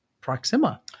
Proxima